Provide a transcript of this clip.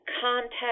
contact